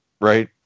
right